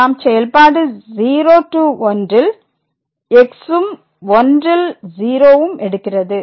நாம் செயல்பாடு 0 to 1 ல் xம் 1ல் 0ம் எடுக்கிறது